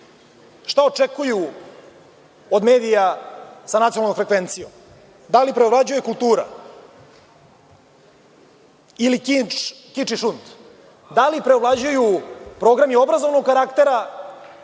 Šta očekuju od medija sa nacionalnom frekvencijom? Da li preovlađuje kultura ili kič i šund? Da li preovlađuju programi obrazovnog karaktera